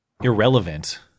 irrelevant